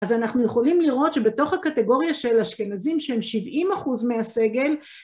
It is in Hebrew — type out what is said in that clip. אז אנחנו יכולים לראות שבתוך הקטגוריה של אשכנזים שהם 70% מהסגל